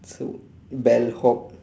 so bellhop